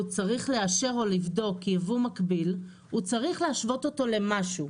צריך לאשר או לבדקו ייבוא מקביל הוא צריך להשוות אותו למשהו.